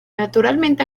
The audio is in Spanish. naturalmente